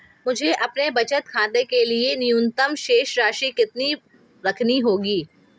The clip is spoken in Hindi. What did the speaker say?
मुझे अपने बचत खाते के लिए न्यूनतम शेष राशि कितनी रखनी होगी?